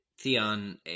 Theon –